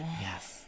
Yes